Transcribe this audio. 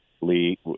Lee